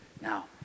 Now